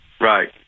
Right